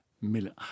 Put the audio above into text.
million